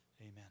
Amen